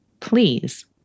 Please